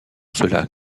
cela